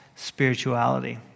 spirituality